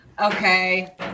Okay